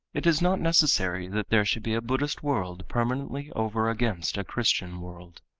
it is not necessary that there should be a buddhist world permanently over against a christian world.